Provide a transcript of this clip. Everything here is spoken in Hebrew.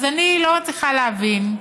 אז אני לא מצליחה להבין.